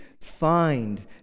find